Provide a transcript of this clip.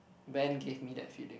band give me that feeling